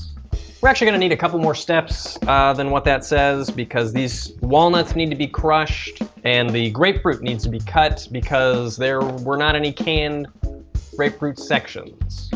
we're actually gonna need a couple more steps than what that says, because these walnuts need to be crushed and the grapefruit needs to be cut, because there were not any canned grapefruit sections.